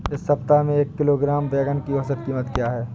इस सप्ताह में एक किलोग्राम बैंगन की औसत क़ीमत क्या है?